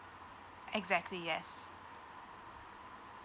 exactly yes